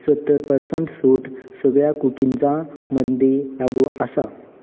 सत्तर परसँट सूट सगळ्यां कुकीजां मदीं लागू आसा